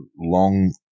long